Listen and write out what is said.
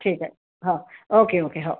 ठीक आहे हो ओके ओके हो